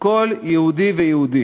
כל יהודי ויהודי